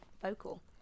vocal